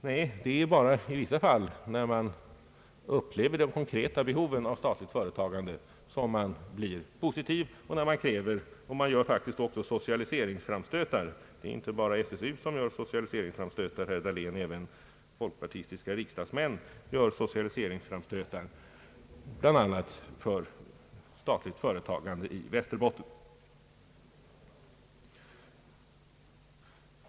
Nej, det är bara i vissa fall — när oppositionens företrädare upplever det konkreta behovet av statligt företagande — som de blir positivt inställda och till och med gör socialiseringsframstötar. Det är inte endast SSU som gör sådana socialiseringsframstötar, herr Dahlén, utan även folkpartistiska riksdagsmän gör det, bl.a. när det gäller statligt företagande i Västerbotten.